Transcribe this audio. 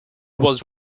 was